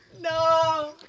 No